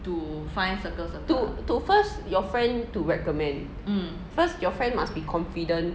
to find circles to first your friend to recommend first your friend must be confident